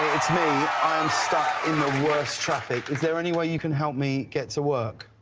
it's me, i'm stuck in the worst traffic. is there anyway you can help me get to work?